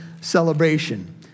celebration